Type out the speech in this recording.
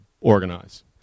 organize